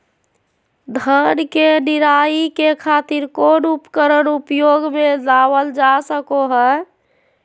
धान के निराई के खातिर कौन उपकरण उपयोग मे लावल जा सको हय?